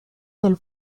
del